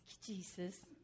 Jesus